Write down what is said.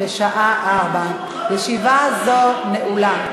בשעה 16:00. ישיבה זו נעולה.